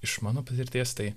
iš mano patirties tai